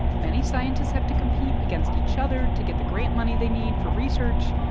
many scientists have to compete against each other to get the grant money they need for research,